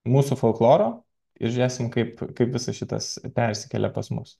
mūsų folkloro ir žiūrėsim kaip kaip visas šitas persikėlė pas mus